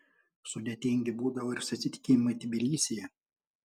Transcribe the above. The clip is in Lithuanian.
sudėtingi būdavo ir susitikimai tbilisyje